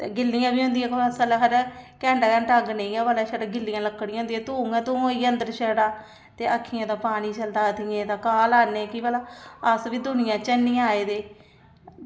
ते गिल्लियां बी होंदियां कुसै बेल्लै ते खरै घैंटा घैंटा अग्ग नेईं गै बलै छड़ियां गिल्लियां लक्कड़ियां होंदियां धूंऽ गै धूंऽ होइया अंदर छड़ा ते अक्खियें दा पानी चलदा अतियें दा काला नेह् कि भला अस बी दुनिया च है निं आए दे